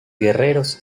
guerreros